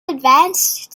advanced